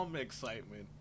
excitement